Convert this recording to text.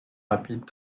rapides